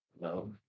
No